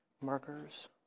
markers